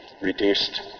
reduced